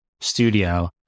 studio